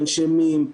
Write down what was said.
מנשמים,